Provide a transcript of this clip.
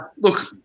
Look